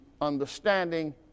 understanding